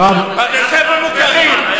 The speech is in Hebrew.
הרב, בתי-ספר מוכרים.